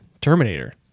Terminator